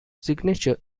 signature